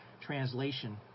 translation